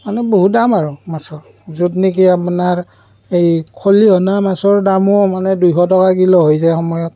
মানে বহুত দাম আৰু মাছৰ য'ত নেকি আপোনাৰ এই খলিহনা মাছৰ দামো মানে দুইশ টকা কিলো হৈ যায় সময়ত